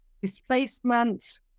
displacement